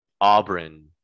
Auburn